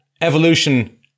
evolution